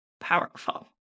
powerful